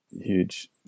huge